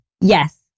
Yes